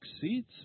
seats